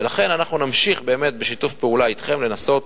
ולכן אנחנו נמשיך באמת, בשיתוף פעולה אתכם, לנסות